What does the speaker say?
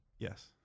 Yes